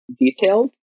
detailed